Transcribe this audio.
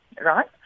right